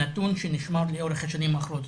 נתון שנשמר לאורך השנים האחרונות.